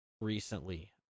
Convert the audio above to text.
recently